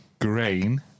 grain